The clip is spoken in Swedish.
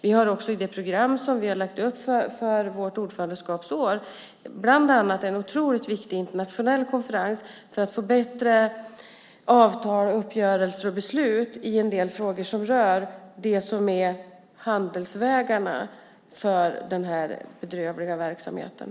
Vi har i det program som vi har lagt upp för vårt ordförandeskapsår bland annat en otroligt viktig internationell konferens för att få bättre avtal, uppgörelser och beslut i en del frågor som rör handelsvägarna för den här bedrövliga verksamheten.